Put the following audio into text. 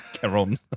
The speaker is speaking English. Caron